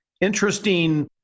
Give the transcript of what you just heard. interesting